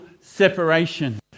separation